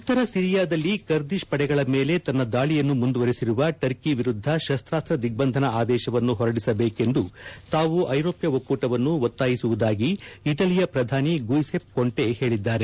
ಉತ್ತರ ಸಿರಿಯಾದಲ್ಲಿ ಕರ್ದಿತ್ ಪಡೆಗಳ ಮೇಲೆ ತನ್ನ ದಾಳಿಯನ್ನು ಮುಂದುವರೆಸಿರುವ ಟರ್ಕಿ ವಿರುದ್ಧ ಶಸ್ತಾಸ್ತ ದಿಗ್ಗಂಧನ ಆದೇಶವನ್ನು ಹೊರಡಿಸಬೇಕೆಂದು ತಾವು ಐರೋಪ್ತ ಒಕ್ಕೂಟವನ್ನು ಒತ್ತಾಯಿಸುವುದಾಗಿ ಇಟಲಿಯ ಪ್ರಧಾನಿ ಗುಯ್ಸೆಪ್ ಕೊಂಟೆ ಹೇಳಿದ್ದಾರೆ